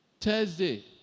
Thursday